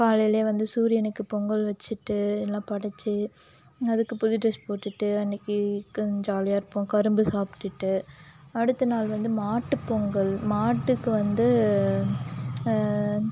காலையிலேயே வந்து சூரியனுக்கு பொங்கல் வச்சுட்டு எல்லாம் படைச்சி அதுக்கு புது ட்ரெஸ் போட்டுகிட்டு அன்னிக்கி கொஞ்சம் ஜாலியாக இருப்போம் கரும்பு சாப்பிட்டுட்டு அடுத்த நாள் வந்து மாட்டு பொங்கல் மாட்டுக்கு வந்து